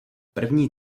první